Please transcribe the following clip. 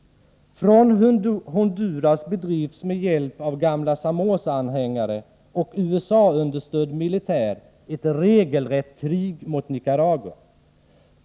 Från Honduras bedrivs med hjälp av gamla Somoza-anhängare och USA-understödd militär ett regelrätt krig mot Nicaragua.